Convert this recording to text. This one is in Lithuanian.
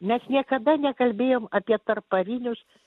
mes niekada nekalbėjom apie tarpparinius